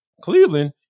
cleveland